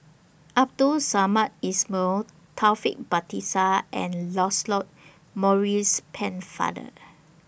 Abdul Samad Ismail Taufik Batisah and Lancelot Maurice Pennefather